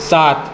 સાત